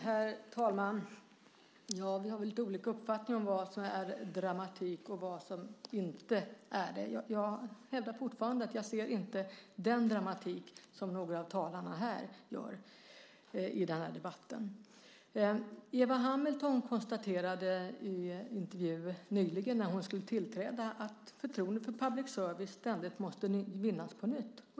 Herr talman! Vi har lite olika uppfattningar om vad som är dramatik och vad som inte är det. Jag hävdar fortfarande att jag inte ser den dramatik som några av talarna här gör i denna debatt. Eva Hamilton konstaterade i en intervju nyligen när hon skulle tillträda att förtroendet för public service ständigt måste vinnas på nytt.